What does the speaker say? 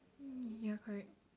ya correct